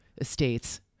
estates